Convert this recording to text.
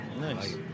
Nice